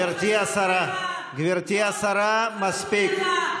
גברתי השרה, גברתי השרה, מספיק.